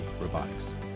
Robotics